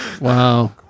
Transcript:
Wow